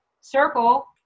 circle